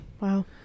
Wow